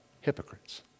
hypocrites